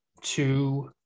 two